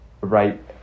right